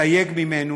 ולהסתייג ממנו.